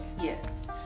Yes